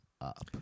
up